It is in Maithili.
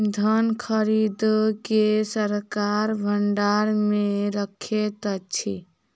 धान खरीद के सरकार भण्डार मे रखैत अछि